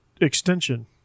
extension